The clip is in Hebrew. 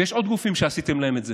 ויש עוד גופים שעשיתם להם את זה.